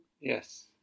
Yes